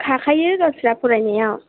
थाखायो गावस्रा फरायनायाव